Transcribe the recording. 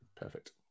perfect